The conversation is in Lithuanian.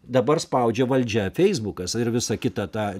dabar spaudžia valdžia feisbukas ir visa kita tą